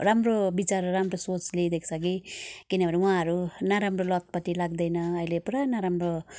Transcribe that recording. राम्रो विचार राम्रो सोच ल्याइदिएको छ कि किनभने उहाँहरू नराम्रो लतपट्टि लाग्दैन अहिले पुरा नराम्रो